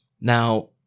Now